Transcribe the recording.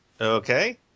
Okay